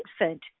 infant